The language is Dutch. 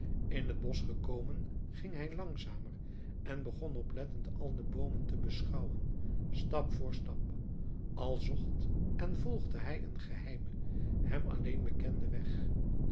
in t bosch gekomen ging hij langzamer en begon oplettend al de boomen te beschouwen stap voor stap als zocht en volgde hij een geheimen hem alleen bekenden weg